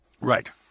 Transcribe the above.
Right